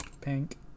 Pink